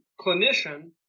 clinician